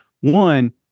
One